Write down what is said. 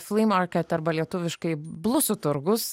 flee market arba lietuviškai blusų turgus